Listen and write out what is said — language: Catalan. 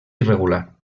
irregular